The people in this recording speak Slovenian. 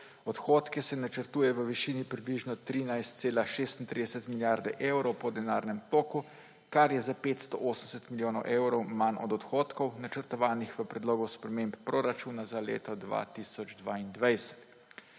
Odhodke se načrtuje v višini približno 13,36 milijarde evrov po denarnem toku, kar je za 580 milijonov evrov manj od odhodkov, načrtovanih v predlogu sprememb proračuna za leto 2022.